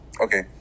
Okay